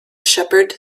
shepherd